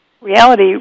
reality